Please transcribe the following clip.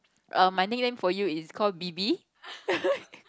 err my nickname for you is called B_B